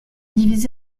divisé